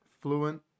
fluent